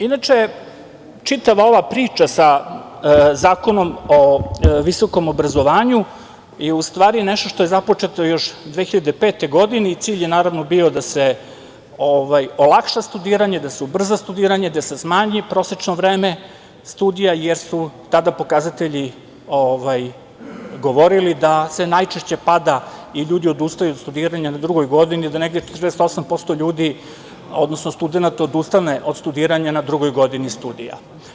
Inače, čitava ova priča sa Zakonom o visokom obrazovanju, je u stvari nešto što je započeto još 2005. godine i cilj je naravno bio da se olakša studiranje, da se ubrza studiranje, da se smanji prosečno vreme studija, jer su tada pokazatelji govorili da se najčešće pada i ljudi odustaju od studiranja na drugoj godini, da negde 48% ljudi, odnosno studenata odustane od studiranja na drugoj godini studija.